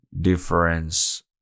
difference